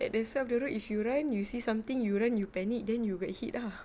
at the side of the road if you run you see something you run you panic then you'll get hit ah